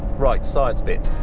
right, science bit.